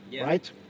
Right